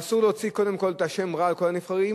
אסור להוציא שם רע לכל הנבחרים,